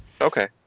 okay